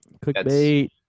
Clickbait